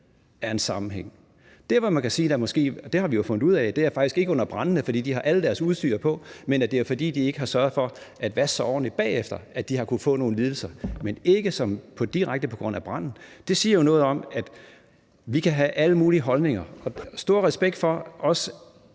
er en sammenhæng. Der, hvor man måske kan sige, at der er noget – det har vi jo fundet ud af – er faktisk ikke under brandene, fordi de alle har deres udstyr på, men det er, fordi de ikke har sørget for at vaske sig ordentligt bagefter, at de har kunnet få nogle lidelser. Men det er ikke direkte på grund af branden. Det siger jo noget om, at vi kan have alle mulige holdninger, og også stor respekt for